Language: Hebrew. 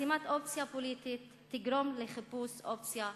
חסימת אופציה פוליטית תגרום לחיפוש אופציה אחרת.